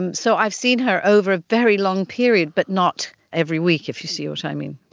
and so i've seen her over a very long period but not every week, if you see what i mean.